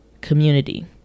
community